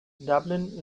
dublin